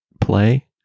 play